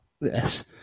Yes